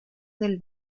del